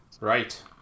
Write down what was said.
Right